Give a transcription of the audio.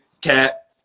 cat